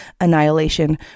annihilation